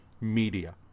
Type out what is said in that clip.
media